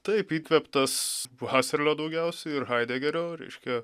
taip įkvėptas haserlio daugiausia ir haidegerio reiškia